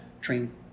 train